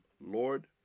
Lord